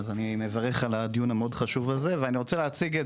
אני מברך על הדיון המאוד חשוב הזה ואני רוצה להציג את